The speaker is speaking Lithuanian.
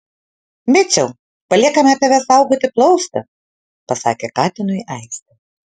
miciau paliekame tave saugoti plaustą pasakė katinui aistė